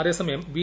അതേസമയം ബി